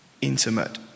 intimate